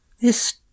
This